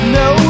no